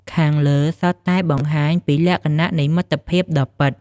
ខាងលើសុទ្ធតែបង្ហាញពីលក្ខណៈនៃមិត្តភាពដ៏ពិត។